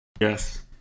Yes